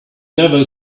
never